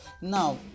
now